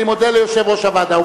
אני מודה ליושב-ראש הוועדה.